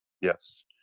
Yes